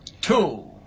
Two